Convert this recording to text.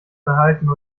verhalten